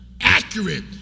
accurate